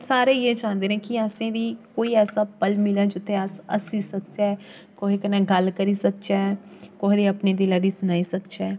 सारे इ'यै चाह्ंदे न कि असें गी कोई ऐसा पल मिलै जि'त्थें अस हस्सी सकचै कोहे कन्नै गल्ल करी सकचै कोहे गी अपने दिलै दी सनाई सकचै